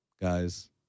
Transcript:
guys